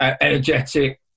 energetic